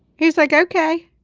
he's like, okay.